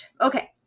okay